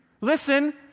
Listen